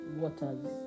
waters